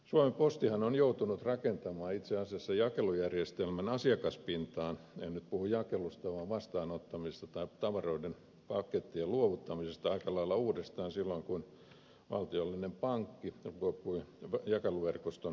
suomen postihan on joutunut rakentamaan itse asiassa jakelujärjestelmän asiakaspintaa en nyt puhu jakelusta vaan vastaanottamisesta tai tavaroiden pakettien luovuttamisesta aika lailla uudestaan silloin kun valtiollinen pankki luopui jakeluverkoston käytöstä